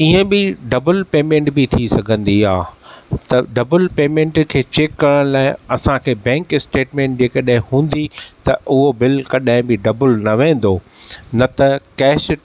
इएं बि double payment बि थी सघन्दी आहे त डबल पेमेंट खे चेक करण लाइ असां खे बैंक स्टेटमेंट जेकॾहिं हूंदी त उहो बिल कॾहिं भी डबल न वेंदो न त कैश